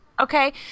Okay